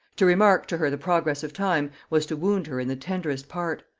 to remark to her the progress of time, was to wound her in the tenderest part,